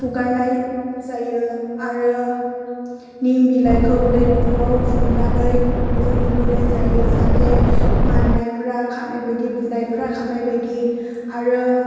हुगारनाय जायो आरो निम बिलाइखौ दै गुदुङाव फुदुंनानै बेजों दुगैनाय जायो जाहाथे माननायफ्रा खारनायबायदि बुनायफ्रा खारनायबायदि आरो